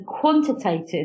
quantitative